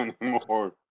anymore